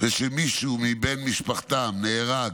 ושמישהו מבני משפחתם נהרג